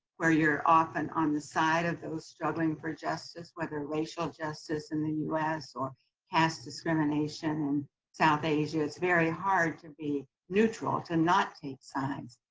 where you're often on the side of those struggling for justice, whether racial justice in the u s. or past discrimination in south asia, it's very hard to to be neutral, to not take sides.